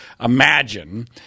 imagine –